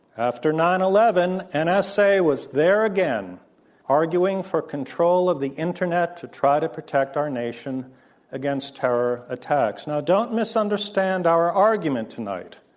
after nine eleven, and nsa was there again arguing for control of the internet to try to protect our nation against terror attacks. now, don't misunderstand our argument tonight.